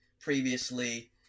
previously